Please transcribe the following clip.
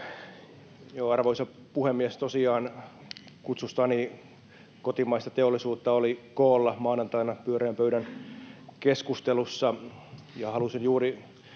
Arvoisa puhemies! Tosiaan kutsustani kotimaista teollisuutta oli koolla maanantaina pyöreän pöydän keskustelussa, ja halusin juuri